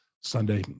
Sunday